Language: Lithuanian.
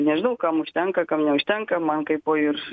nežinau kam užtenka kam neužtenka man kaipo ir